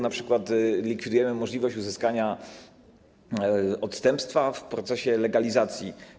Na przykład likwidujemy możliwość uzyskania odstępstwa w procesie legalizacji.